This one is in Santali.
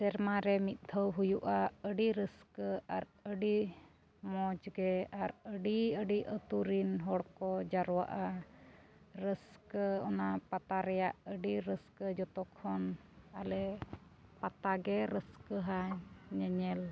ᱥᱮᱨᱢᱟᱨᱮ ᱢᱤᱫ ᱫᱷᱟᱣ ᱦᱩᱭᱩᱜᱼᱟ ᱟᱹᱰᱤ ᱨᱟᱹᱥᱠᱟᱹ ᱟᱨ ᱟᱹᱰᱤ ᱢᱚᱡᱽ ᱜᱮ ᱟᱨ ᱟᱹᱰᱤᱼᱟᱹᱰᱤ ᱟᱛᱳᱨᱮᱱ ᱦᱚᱲᱠᱚ ᱡᱟᱨᱣᱟᱜᱼᱟ ᱨᱟᱹᱥᱠᱟᱹ ᱚᱱᱟ ᱯᱟᱛᱟ ᱨᱮᱭᱟᱜ ᱟᱹᱰᱤ ᱨᱟᱹᱥᱠᱟᱹ ᱡᱚᱛᱚ ᱠᱷᱚᱱ ᱟᱞᱮ ᱯᱟᱛᱟᱜᱮ ᱨᱟᱹᱥᱠᱟᱹ ᱟᱭ ᱧᱮᱧᱮᱞ